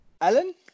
Alan